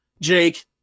Jake